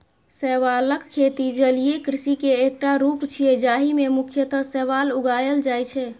शैवालक खेती जलीय कृषि के एकटा रूप छियै, जाहि मे मुख्यतः शैवाल उगाएल जाइ छै